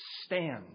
stand